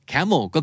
Camel